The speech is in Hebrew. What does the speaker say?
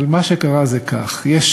אבל מה שקרה זה כך: יש